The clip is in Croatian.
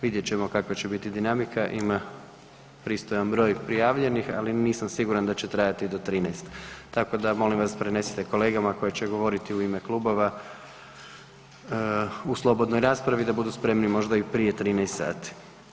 Vidjet ćemo kakva će biti dinamika, ima pristojan broj prijavljenih, ali nisam siguran da će trajati do 13. tako da, molim vas, prenesite kolegama koji će govoriti u ime klubova u slobodnoj raspravi, da budu spremni možda i prije 13 sati.